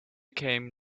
came